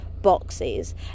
boxes